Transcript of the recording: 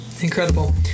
incredible